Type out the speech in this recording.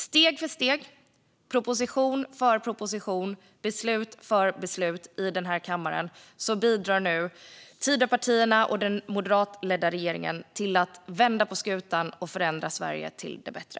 Steg för steg, proposition för proposition och beslut för beslut i denna kammare bidrar nu Tidöpartierna och den moderatledda regeringen till att vända skutan och förändra Sverige till det bättre.